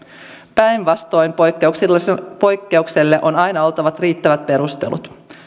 päinvastoin poikkeukselle on aina oltava riittävät perustelut